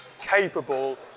Capable